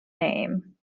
name